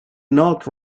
not